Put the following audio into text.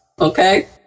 Okay